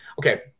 okay